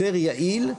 יותר יעיל,